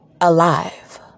alive